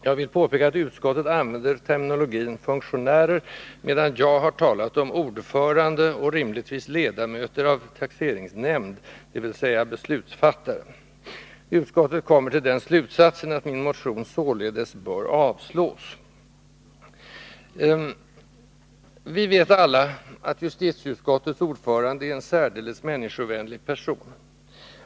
Jag vill påpeka att utskottet använder termen ”funktionärer”, medan jag har talat om ordförande och ledamöter av taxeringsnämnd, dvs. beslutsfattare. Utskottet kommer till slutsatsen att min motion ”således” bör avslås. Vi vet alla att justitieutskottets ordförande är en särdeles människovänlig person.